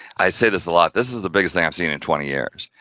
i say this a lot this is the biggest thing i've seen in twenty years.